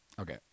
Okay